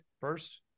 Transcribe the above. first